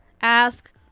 ask